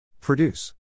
Produce